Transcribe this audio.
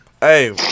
Hey